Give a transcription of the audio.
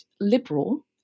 liberal